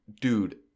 dude